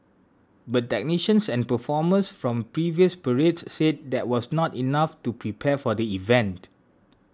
but technicians and performers from previous parades said that was not enough to prepare for the event